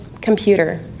computer